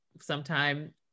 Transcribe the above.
sometime